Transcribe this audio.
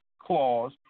clause